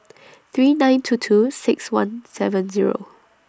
three nine two two six one seven Zero